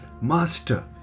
Master